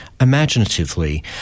imaginatively